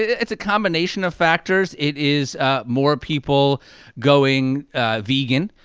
it's a combination of factors. it is ah more people going vegan,